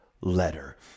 letter